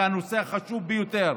זהו הנושא החשוב ביותר.